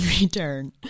return